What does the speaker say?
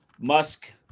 musk